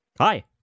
Hi